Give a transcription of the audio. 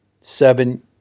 seven